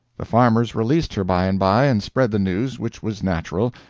the farmers released her by-and-by and spread the news, which was natural.